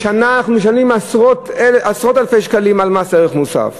בשנה אנחנו משלמים עשרות אלפי שקלים מס ערך מוסף.